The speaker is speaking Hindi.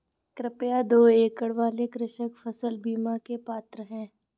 क्या दो एकड़ वाले कृषक फसल बीमा के पात्र हैं?